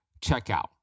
checkout